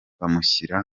bamushyira